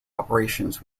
operations